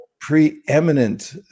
preeminent